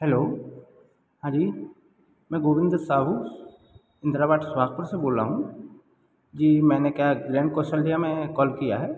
hello हाँ जी में गोविंद साहू इंद्राबाट सुहासपुर से बोल रहा हूँ जी मैंने कौशल्या में कॉल किया है